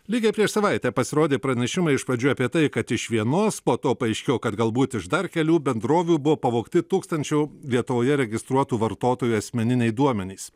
lygiai prieš savaitę pasirodė pranešimai iš pradžių apie tai kad iš vienos po to paaiškėjo kad galbūt iš dar kelių bendrovių buvo pavogti tūkstančių lietuvoje registruotų vartotojų asmeniniai duomenys